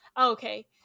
Okay